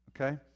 Okay